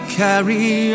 carry